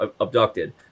abducted